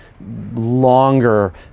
longer